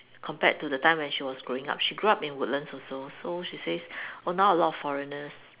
compared to the time when she was growing up she grew up in Woodlands also so she says oh now a lot of foreigners